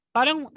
Parang